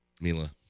Mila